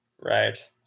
Right